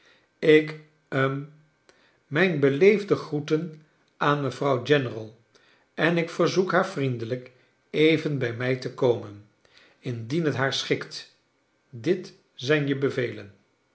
ik hm mijn beleefde groeten aan mevrouw general en ik verzoek haar vriendelijk even bij mij te komen indien het haar schikt dit zijn je bevelen